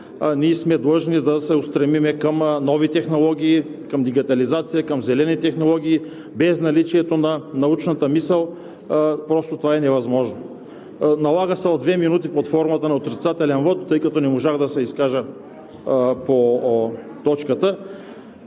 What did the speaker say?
ние сме длъжни да се устремим към нови технологии, към дигитализация, към зелени технологии. Без наличието на научната мисъл това е невъзможно. Налага се в две минути под формата на отрицателен вот, тъй като не можах да се изкажа по точката,